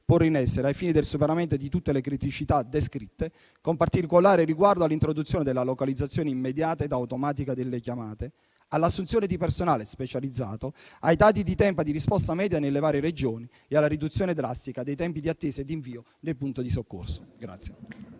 porre in essere ai fini del superamento di tutte le criticità descritte, con particolare riguardo all'introduzione della localizzazione immediata ed automatica delle chiamate, all'assunzione di personale specializzato, ai dati del tempo di risposta media nelle varie Regioni e alla riduzione drastica dei tempi di attesa e di invio sul posto dei soccorsi.